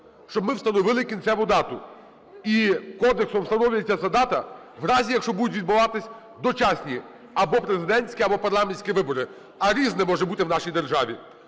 щоб ми встановили кінцеву дату. І кодексом встановлюється ця дата в разі, якщо будуть відбуватись дочасні або президентські, або парламентські вибори. А різне може бути в нашій державі.